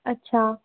अच्छा